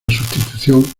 sustitución